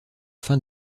fin